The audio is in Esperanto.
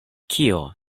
kio